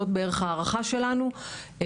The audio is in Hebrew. זאת בערך ההערכה שלנו,